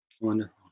Wonderful